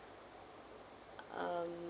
um